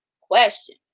question